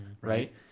right